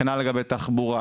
כנ"ל לגבי תחבורה,